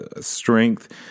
strength